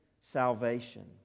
salvation